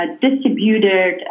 distributed